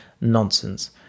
nonsense